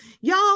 y'all